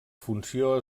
funció